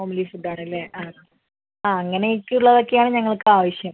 homely food ആണല്ലേ ആ അങ്ങനെയൊക്കെ ഉള്ളതൊക്കെയാണ് ഞങ്ങൾക്ക് ആവശ്യം